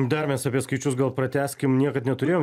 dar mes apie skaičius gal pratęskim niekad neturėjom